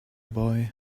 boy